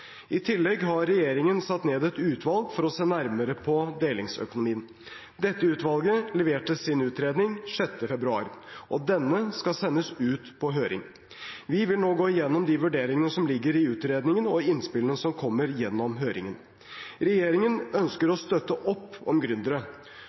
I tillegg har regjeringen satt ned et utvalg for å se nærmere på delingsøkonomien. Dette utvalget leverte sin utredning 6. februar, og denne skal sendes ut på høring. Vi vil nå gå gjennom de vurderingene som ligger i utredningen, og innspillene som kommer gjennom høringen. Regjeringen ønsker